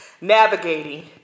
navigating